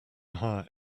hire